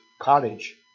college